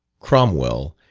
cromwell,